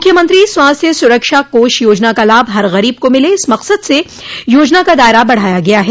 मुख्यमंत्री स्वास्थ्य सुरक्षा कोष योजना का लाभ हर गरीब को मिले इस मकसद से योजना का दायरा बढ़ाया गया है